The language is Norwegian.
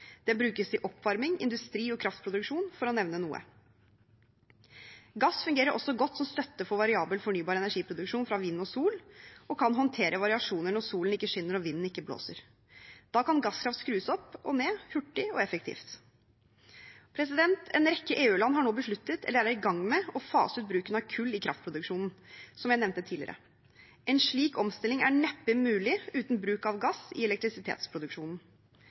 brukes til oppvarming, industri og kraftproduksjon, for å nevne noe. Gass fungerer også godt som støtte for variabel fornybar energiproduksjon fra vind og sol og kan håndtere variasjoner når solen ikke skinner og vinden ikke blåser. Da kan gasskraft skrus opp og ned hurtig og effektivt. En rekke EU-land har nå besluttet – eller er i gang med – å fase ut bruken av kull i kraftproduksjon, som jeg nevnte tidligere. En slik omstilling er neppe mulig uten bruk av gass i elektrisitetsproduksjonen.